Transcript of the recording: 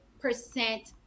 percent